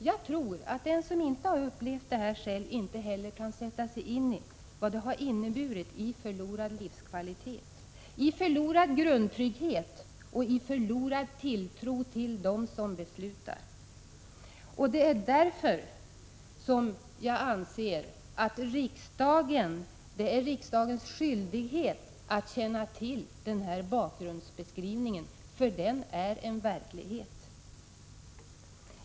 Jag tror att den som inte upplevt detta själv, han kan inte heller sätta sig in i vad det har inneburit i förlorad livskvalitet, i förlorad grundtrygghet och i förlorad tilltro till dem som beslutar. Därför anser jag att det är riksdagens skyldighet att ta del av den här bakgrundsbeskrivningen. Den är en verklighet.